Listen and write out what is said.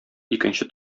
икенче